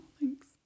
thanks